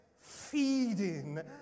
feeding